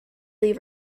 leave